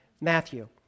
Matthew